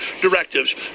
directives